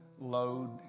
load